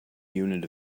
unit